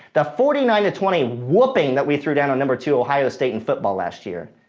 the forty nine to twenty whooping that we threw down on number two ohio state in football last year.